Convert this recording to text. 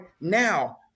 now